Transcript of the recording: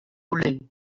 ruling